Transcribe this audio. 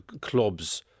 clubs